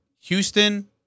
Houston